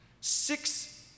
Six